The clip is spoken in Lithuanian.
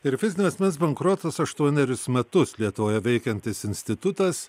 ir fizinio asmens bankrotas aštuonerius metus lietuvoje veikiantis institutas